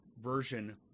version